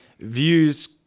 views